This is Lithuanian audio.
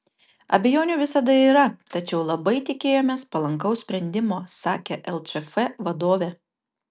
abejonių visada yra tačiau labai tikėjomės palankaus sprendimo sakė lčf vadovė